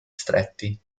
stretti